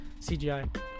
CGI